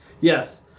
Yes